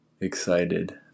excited